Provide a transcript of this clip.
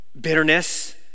bitterness